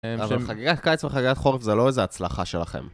אבל חגיגת קיץ וחגיגת חורף זה לא איזו הצלחה שלכם.